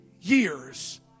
years